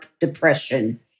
depression